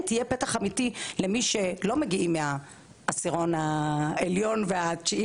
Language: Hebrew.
יהיה פתח אמיתי למי שלא מגיעים מהעשירון העליון והתשיעי